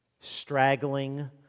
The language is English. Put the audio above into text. straggling